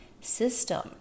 system